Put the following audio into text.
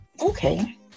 okay